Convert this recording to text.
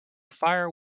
fire